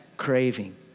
craving